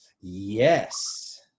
Yes